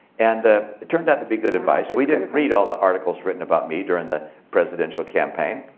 and ah it turned out to be good advice. we didn't read all the articles written about me during the presidential campaign.